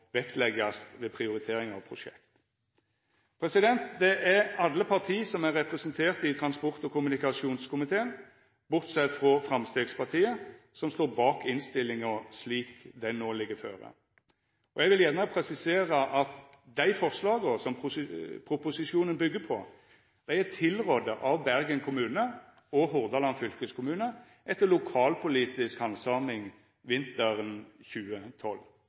vektleggast ved prioritering av prosjekt. Alle partia som er representerte i transport- og kommunikasjonskomiteen, bortsett frå Framstegspartiet, står bak innstillinga slik den no ligg føre. Eg vil gjerne presisera at dei forslaga som proposisjonen bygger på, er tilrådde av Bergen kommune og Hordaland fylkeskommune etter lokalpolitisk handsaming vinteren 2012.